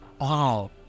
wow